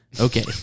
Okay